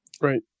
Right